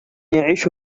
يعيش